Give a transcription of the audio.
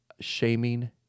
shaming